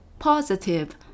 positive